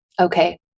Okay